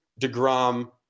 DeGrom